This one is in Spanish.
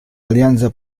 alianza